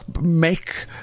make